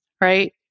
right